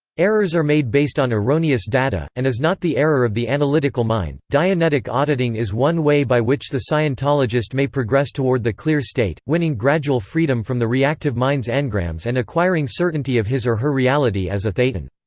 errors are made based on erroneous data, and is not the error of the analytical mind dianetic auditing is one way by which the scientologist may progress toward the clear state, winning gradual freedom from the reactive mind's engrams and acquiring certainty of his or her reality as a thetan.